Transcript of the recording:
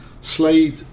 Slade